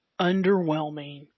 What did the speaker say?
underwhelming